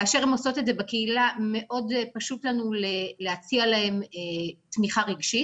כאשר הן עושות את זה בקהילה מאוד פשוט לנו להציע להן תמיכה רגשית,